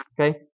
okay